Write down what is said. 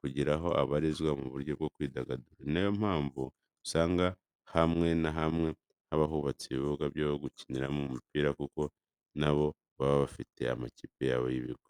kugira aho abarizwa mu buryo bwo kwidagadura. Ni na yo mpamvu usanga hamwe na hamwe haba hubatse ibibuga byo gukiniramo umupira kuko na bo baba bafite amakipe yabo y'ikigo.